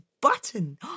button